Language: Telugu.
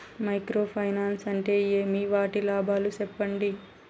మైక్రో ఫైనాన్స్ అంటే ఏమి? వాటి లాభాలు సెప్పండి?